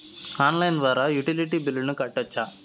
Online ద్వారా utility బిల్లులను కట్టొచ్చా?